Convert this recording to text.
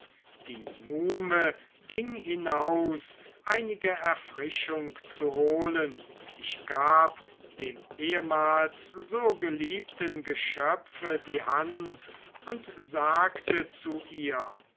die muhme ging hinaus einige erfrischung zu holen ich gab dem ehemals so geliebten geschöpfe die hand und sagte zu ihr